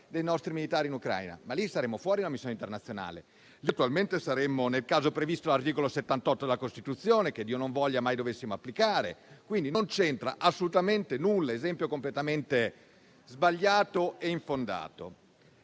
dei nostri militari in Ucraina: in quel caso, saremmo fuori da una missione internazionale; saremmo nel caso previsto dall'articolo 78 della Costituzione, che Dio non voglia mai dovessimo applicare. Quindi non c'entra assolutamente nulla; è un esempio completamente sbagliato e infondato.